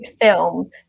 film